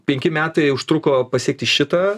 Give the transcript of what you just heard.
penki metai užtruko pasiekti šitą